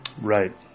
Right